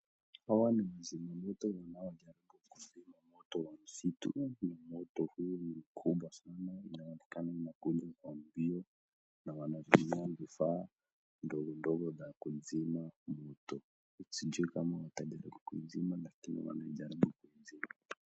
Hawa ni wazima moto wanaojaribu kuzima moto wa msitu . Moto huu ni mkubwa sana na unaoekana umekuja kwa mbio na wanatumia vifaa ndogo ndogo za kuzima moto. Sijui kama watajaribu kuuzima lakini wanajaribu kuuzima.